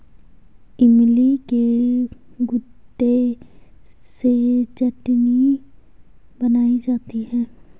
इमली के गुदे से चटनी बनाई जाती है